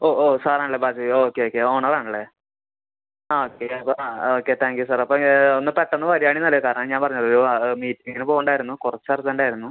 ഓ ഓ സാറാണല്ലെ ബാജുബി ഓക്കെ ഓക്കെ ഓണറാണല്ലെ ആ ഓക്കെ ആ താങ്ക് യൂ സാർ ആ അപ്പം ഒന്ന് പെട്ടെന്ന് വരുവാണെൽ നല്ലത് കാരണം ഞാൻ പറഞ്ഞത് ഒരു മീറ്റിങ്ങിന് പോവേണ്ടതായിരുന്നു കുറച്ച് അർജൻറ്റായിരുന്നു